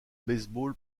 baseball